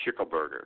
Schickelberger